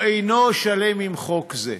שהוא אינו שלם עם חוק זה.